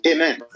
Amen